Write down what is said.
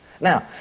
Now